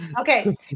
Okay